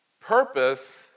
purpose